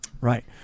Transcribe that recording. Right